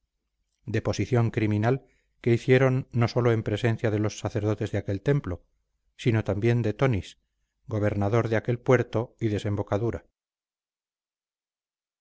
menelao deposición criminal que hicieron no sólo en presencia de los sacerdotes de aquel templo sino también de tonis gobernador de aquel puerto y desembocadura